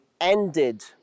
ended